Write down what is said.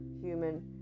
human